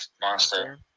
monster